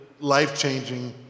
life-changing